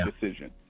decision